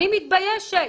אני מתביישת